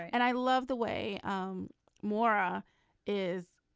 and i love the way um maura is.